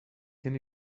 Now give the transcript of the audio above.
can